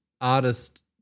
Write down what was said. artist